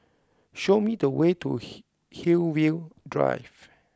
show me the way to Hillview Drive